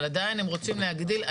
אבל עדיין הם רוצים להגדיל.